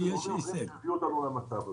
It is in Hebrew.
וגורמים אחרים שהביאו אותנו למצב הזה.